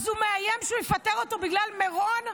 אז הוא מאיים שהוא יפטר אותו בגלל מירון?